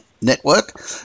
Network